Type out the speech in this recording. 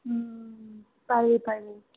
পাৰি পাৰি পাৰি